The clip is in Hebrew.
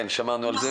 שמענו.